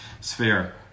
sphere